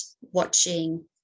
watching